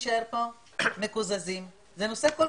לממשלת ישראל / משרד השיכון בנושא של